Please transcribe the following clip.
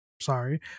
sorry